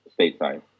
stateside